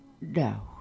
No